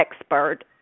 expert